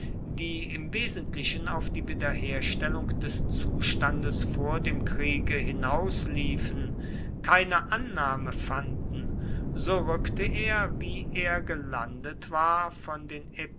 die im wesentlichen auf die wiederherstellung des zustandes vor dem kriege hinausliefen keine annahme fanden so rückte er wie er gelandet war von den